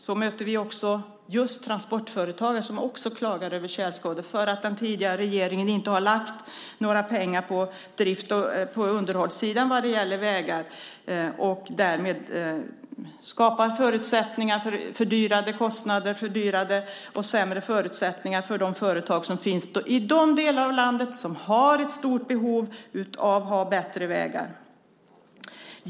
Vi möter också transportföretagare som klagar över tjälskador för att den tidigare regeringen inte har lagt några pengar på vägunderhåll och därmed bidragit till höjda kostnader och sämre förutsättningar för de företag som finns i de delar av landet där behovet av bättre vägar är stort.